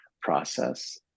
process